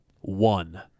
One